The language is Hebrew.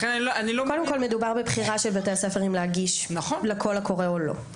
קודם כל מדובר בבחירה של בתי הספר אם להגיש לקול הקורא או לא.